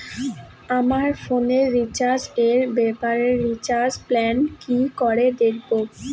আমার ফোনে রিচার্জ এর ব্যাপারে রিচার্জ প্ল্যান কি করে দেখবো?